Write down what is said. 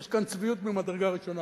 יש כאן צביעות ממדרגה ראשונה.